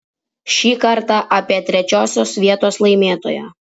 šį kartą apie trečiosios vietos laimėtoją